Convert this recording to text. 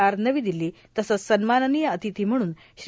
R नवी दिल्ली तसेच सन्माननीय अथिती म्हणून श्री